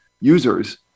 users